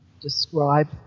describe